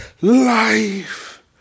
life